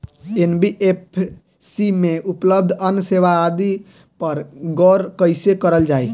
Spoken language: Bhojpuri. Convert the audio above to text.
एन.बी.एफ.सी में उपलब्ध अन्य सेवा आदि पर गौर कइसे करल जाइ?